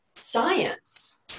science